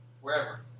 wherever